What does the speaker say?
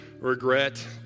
regret